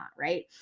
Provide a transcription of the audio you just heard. right